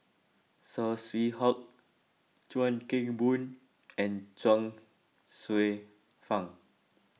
Saw Swee Hock Chuan Keng Boon and Chuang Hsueh Fang